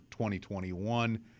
2021